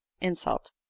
insult